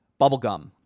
Bubblegum